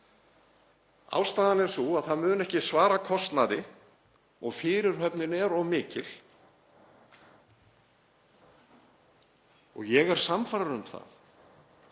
Ástæðan er sú að það mun ekki svara kostnaði og fyrirhöfnin er of mikil. Ég er sannfærður um það